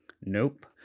Nope